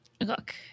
Look